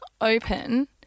open